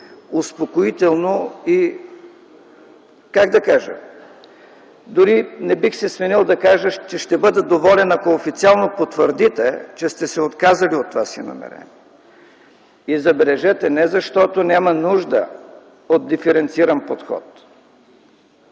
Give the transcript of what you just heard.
успокоително и, как да кажа, дори не бих се свенил да кажа, че бих бил доволен, ако официално потвърдите, че сте се отказали от това си намерение. Забележете, не защото няма нужда от диференциран подход,